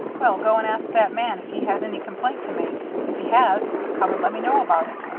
well, go and ask that man if he has any complaint to make. if he has, come and let me know about it.